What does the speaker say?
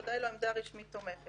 ודאי לא עמדה רשמית תומכת.